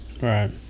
Right